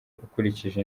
ukurikije